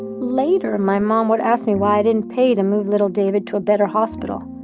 later, my mom would ask me why i didn't pay to move little david to a better hospital,